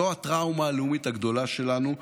זו הטראומה הלאומית הגדולה שלנו.